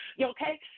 okay